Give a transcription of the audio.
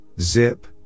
zip